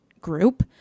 group